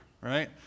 right